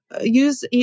use